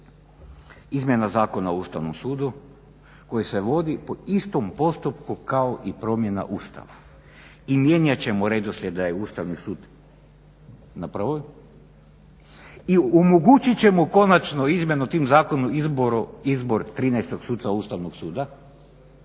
Izmjena Zakona o Ustavnom sudu koji se vodi po istom postupku kao i promjena Ustava i mijenjat ćemo redoslijed da je Ustavni sud na prvoj i omogućit ćemo konačno izmjenu tim zakonom izbor trinaestog suca Ustavnog suda,